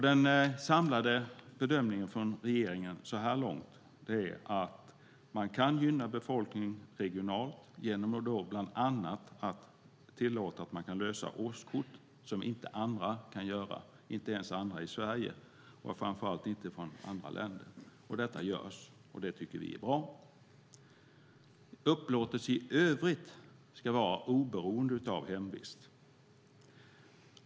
Den samlade bedömningen från regeringen så här långt är att man kan gynna befolkningen regionalt genom att bland annat tillåta att man kan lösa årskort som andra inte kan lösa, inte ens andra i Sverige och framför allt inte personer från andra länder. Detta görs, och det tycker vi är bra. Upplåtelse i övrigt ska ske oberoende av hemvist.